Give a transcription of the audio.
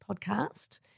podcast